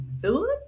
Philip